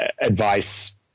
advice